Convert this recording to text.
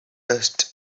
dust